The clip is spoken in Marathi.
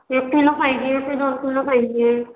एक किलो पाहिजे की दोन किलो पाहिजे